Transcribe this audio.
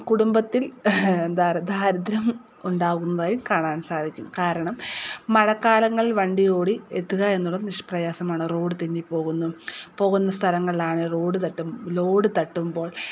കുടുംബത്തിൽ ദാരിദ്രം ഉണ്ടാകുന്നതായി കാണാൻ സാധിക്കും കാരണം മഴക്കാലങ്ങളിൽ വണ്ടിയോടി എത്തുക എന്നുള്ളത് നിഷ്പ്രയാസമാണ് റോഡ് തെന്നിപ്പോകുന്നു പോകുന്ന സ്ഥലങ്ങളിൽ ആണെങ്കിൽ ലോഡ് തട്ടുമ്പോൾ